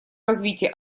развития